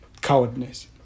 cowardness